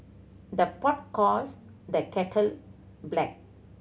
the pot calls the kettle black